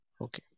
Okay